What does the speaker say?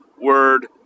word